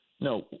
No